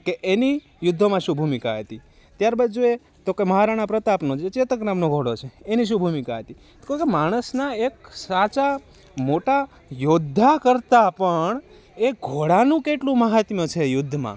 કે એની યુદ્ધોમાં શું ભૂમિકા હતી ત્યારબાદ જોઈએ તો કે મહારાણા પ્રતાપનો જે ચેતક નામનો ઘોડો છે એની શું ભૂમિકા હતી તો કે માણસના એક સાચા મોટા યોદ્ધા કરતાં પણ એ ઘોડાનું કેટલું મહાત્મ્ય છે યુદ્ધમાં